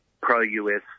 pro-US